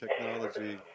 technology